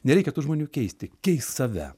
nereikia tų žmonių keisti keisk save